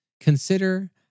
consider